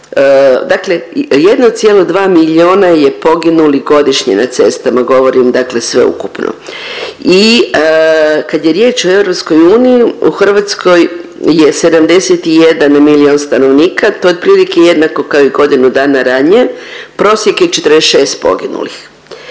dakle 1,2 miliona je poginulih godišnje na cestama, govorim dakle sveukupno i kad je riječ o EU u Hrvatskoj je 71 milion stanovnika to je otprilike jednako kao i godinu dana ranije, prosjek je 46 poginulih.